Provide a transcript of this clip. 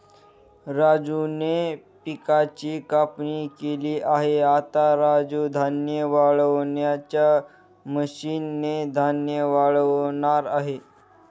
राजूने पिकाची कापणी केली आहे, आता राजू धान्य वाळवणाच्या मशीन ने धान्य वाळवणार आहे